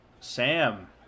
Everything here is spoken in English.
Sam